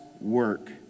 work